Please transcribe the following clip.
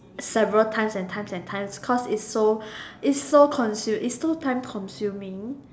several times and times and times cause it's so it's so consu~ it's so time consuming